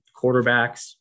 quarterbacks